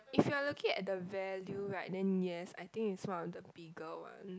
if you are looking at the value right then yes I think it's one of the bigger ones